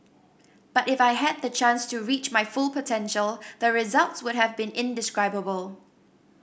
but if I had the chance to reach my full potential the results would have been indescribable